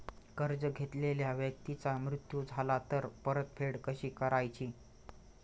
कर्ज घेतलेल्या व्यक्तीचा मृत्यू झाला तर परतफेड कशी करायची?